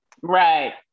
right